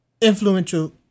influential